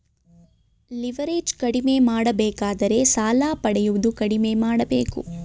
leverage ಕಡಿಮೆ ಮಾಡಬೇಕಾದರೆ ಸಾಲ ಪಡೆಯುವುದು ಕಡಿಮೆ ಮಾಡಬೇಕು